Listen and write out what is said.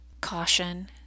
caution